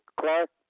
Clark